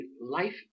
life